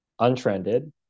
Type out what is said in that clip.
untrended